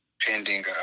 pending